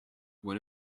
when